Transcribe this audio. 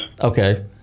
Okay